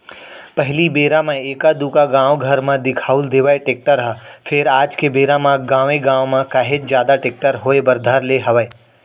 पहिली बेरा म एका दूका गाँव घर म दिखउल देवय टेक्टर ह फेर आज के बेरा म गाँवे गाँव म काहेच जादा टेक्टर होय बर धर ले हवय